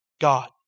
God